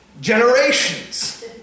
generations